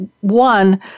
one